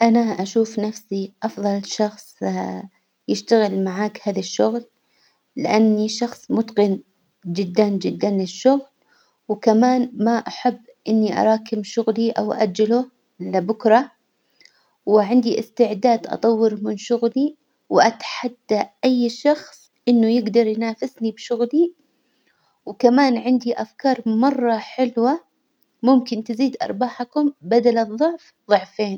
أنا أشوف نفسي أفظل شخص يشتغل معاك هذا الشغل، لأني شخص متقن جدا جدا للشغل، وكمان ما أحب إني أراكم شغلي أو أؤجله لبكره، وعندي إستعداد أطور من شغلي، وأتحدى أي شخص إنه يجدر ينافسني بشغلي، وكمان عندي أفكار مرة حلوة ممكن تزيد أرباحكم بدل الظعف ظعفين.